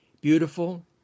beautiful